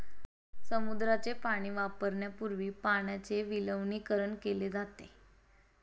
समुद्राचे पाणी वापरण्यापूर्वी पाण्याचे विलवणीकरण केले जाते